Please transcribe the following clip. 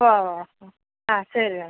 ഓ ഓ ഓ ആ ആ ശരി എന്നാൽ